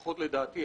לפחות לדעתי,